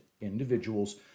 individuals